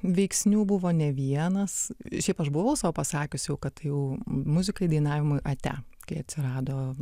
veiksnių buvo ne vienas šiaip aš buvau sau pasakiusi jau kad jau muzikai dainavimui ate kai atsirado